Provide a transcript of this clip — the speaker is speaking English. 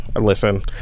Listen